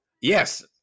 yes